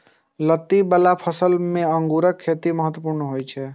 लत्ती बला फसल मे अंगूरक खेती महत्वपूर्ण होइ छै